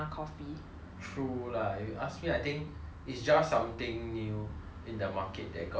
true lah if you ask me I think it's just something new in the market that got everyone